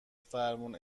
فرمون